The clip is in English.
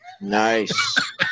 Nice